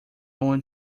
want